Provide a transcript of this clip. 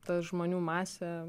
ta žmonių masė